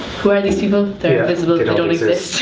who are these people, they're invisible, they don't exist.